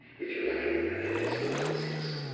if you're lucky, you might get a discourse at six.